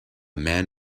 man